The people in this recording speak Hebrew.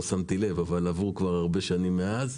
לא שמתי לב אבל עברו הרבה שנים מאז.